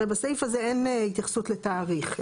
הרי בסעיף הזה אין התייחסות לתאריך,